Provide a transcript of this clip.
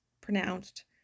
pronounced